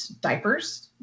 diapers